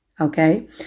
Okay